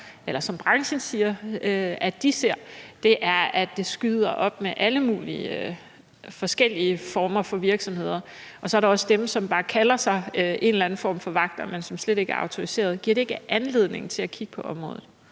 det, som branchen siger at de ser, er, at det skyder op med alle mulige forskellige former for virksomheder. Og så er der også dem, som bare kalder sig en eller anden form for vagter, men som slet ikke autoriseret. Giver det ikke anledning til at kigge på området?